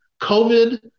COVID